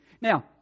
Now